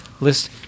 list